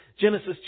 Genesis